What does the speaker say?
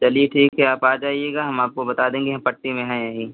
चलिए ठीक है आप आ जाइएगा हम आपको बता देंगे यहाँ पट्टी में है यहीं